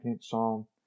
Psalm